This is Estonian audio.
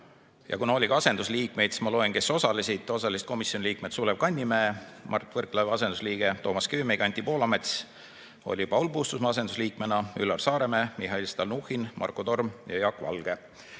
Kuna oli ka asendusliikmeid, siis ma loen ette, kes osalesid. Osalesid komisjoni liikmed Sulev Kannimäe Mart Võrklaeva asendusliikmena, Toomas Kivimägi, Anti Poolamets oli Paul Puustusmaa asendusliikmena, Üllar Saaremäe, Mihhail Stalnuhhin, Marko Torm ja Jaak Valge.